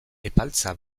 epaltza